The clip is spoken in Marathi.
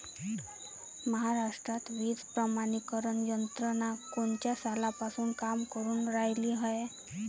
महाराष्ट्रात बीज प्रमानीकरण यंत्रना कोनच्या सालापासून काम करुन रायली हाये?